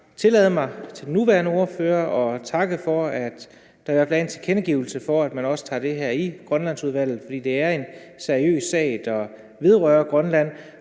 tillade mig over for den nuværende ordfører at takke for, at der i hvert fald er en tilkendegivelse af, at man også tager det her i Grønlandsudvalget, for det er en seriøs sag, der vedrører Grønland.